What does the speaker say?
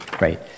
Right